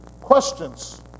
questions